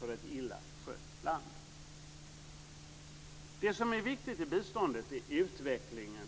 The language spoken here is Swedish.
Det viktiga när det gäller biståndet är utvecklingen